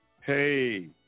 Hey